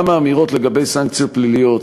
גם האמירות לגבי סנקציות פליליות.